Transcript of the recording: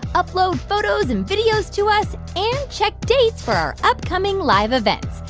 upload photos and videos to us and check dates for our upcoming live events.